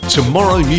Tomorrow